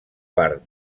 part